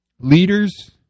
Leaders